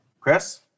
Chris